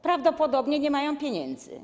Prawdopodobnie nie mają pieniędzy.